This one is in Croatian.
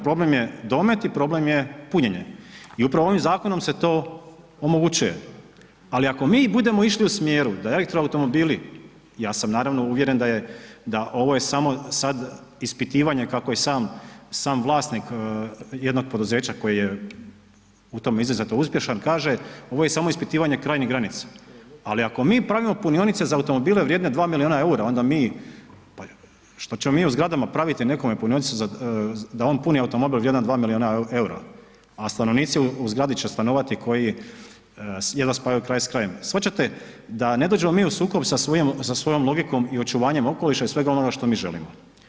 Problem je domet i problem je punjene i upravo ovim zakonom se to omogućuje, ali ako mi budemo išli u smjeru da elektro automobili, ja sam naravno uvjeren da je, da ovo je samo sad ispitivanje kako je sam, sam vlasnik jednog poduzeća koji je u tome izuzetno uspješan kaže ovo je samo ispitivanje krajnjih granica, ali ako mi pravimo punionice za automobile vrijedne 2 milijuna EUR-a, onda mi, pa što ćemo mi u zgradama praviti nekome punionice za, da on puni automobil vrijedan 2 milijuna EUR-a, a stanovnici u zgradi će stanovati koji jedva spajaju kraj s krajem, shvaćate da ne dođemo mi u sukob sa svojim, sa svojom logikom i očuvanjem okoliša i svega onoga što mi želimo.